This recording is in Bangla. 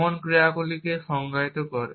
এমন ক্রিয়াগুলিকে সংজ্ঞায়িত করে